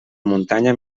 muntanya